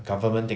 government thing